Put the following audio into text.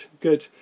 good